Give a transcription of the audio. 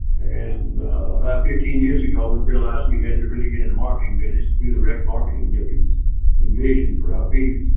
and about fifteen years ago we realized we had to really get in the marketing business, do direct marketing that we envisioned for our beef.